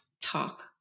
talk